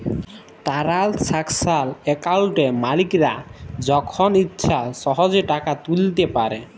টারালসাকশাল একাউলটে মালিকরা যখল ইছা সহজে টাকা তুইলতে পারে